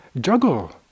juggle